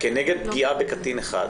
כנגד פגיעה בקטין אחד,